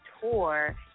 tour